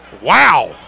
Wow